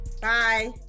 Bye